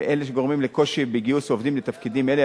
ואלה גורמים לקושי בגיוס עובדים לתפקידים אלה,